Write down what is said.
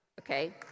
okay